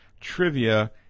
trivia